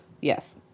Yes